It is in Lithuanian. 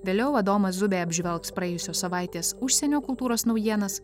vėliau adomas zubė apžvelgs praėjusios savaitės užsienio kultūros naujienas